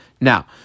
Now